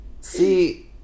See